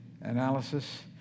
analysis